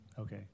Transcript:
Okay